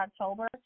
October